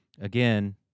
again